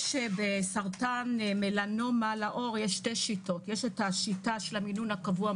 יש בסרטן מלנומה לעור שתי שיטות: השיטה של המינון הקבוע,